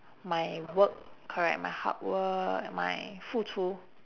my work correct my hard work and my 付出